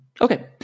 Okay